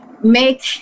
make